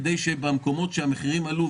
כדי שבמקומות שבהם המחירים עלו,